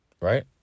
Right